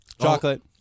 Chocolate